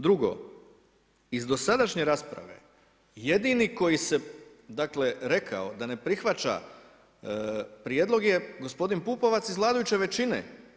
Drugo, iz dosadašnje rasprave jedini koji se dakle rekao da ne prihvaća prijedlog je gospodin Pupovac iz vladajuće većine.